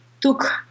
took